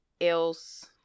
else